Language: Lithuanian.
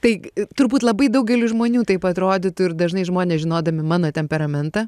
taig turbūt labai daugeliui žmonių taip atrodytų ir dažnai žmonės žinodami mano temperamentą